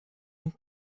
und